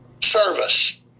service